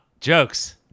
Jokes